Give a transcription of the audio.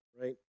right